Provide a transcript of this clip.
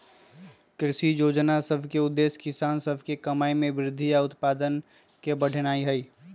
कृषि जोजना सभ के उद्देश्य किसान सभ के कमाइ में वृद्धि आऽ उत्पादन के बढ़ेनाइ हइ